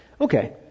Okay